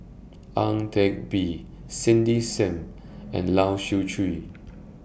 Ang Teck Bee Cindy SIM and Lai Siu Chiu